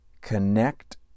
connect